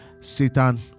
Satan